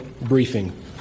briefing